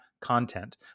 Content